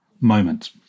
moment